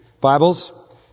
Bibles